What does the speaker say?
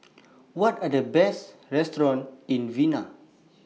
What Are The Best restaurants in Vienna